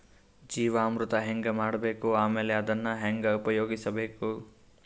ಜೀವಾಮೃತ ಹೆಂಗ ಮಾಡಬೇಕು ಆಮೇಲೆ ಅದನ್ನ ಹೆಂಗ ಉಪಯೋಗಿಸಬೇಕು?